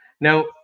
Now